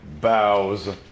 bows